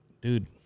dude